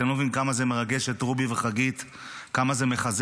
אתם לא מבינים כמה זה מרגש את רובי וחגית,